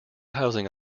housing